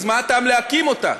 אז מה הטעם להקים אותה?